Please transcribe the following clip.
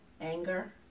anger